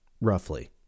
roughly